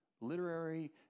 literary